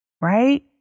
Right